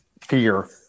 fear